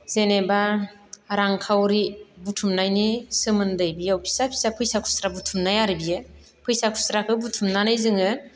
जेनेबा रां खावरि बुथुमनायनि सोमोन्दै बेयाव फिसा फिसा खुस्रा बुथुमनाय आरो बेयो फैसा खुस्राखौ बुथुमनानै जोंङो